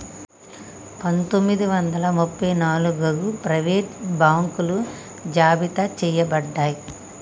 పందొమ్మిది వందల ముప్ప నాలుగగు ప్రైవేట్ బాంకులు జాబితా చెయ్యబడ్డాయి